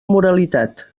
moralitat